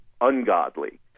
ungodly